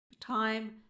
time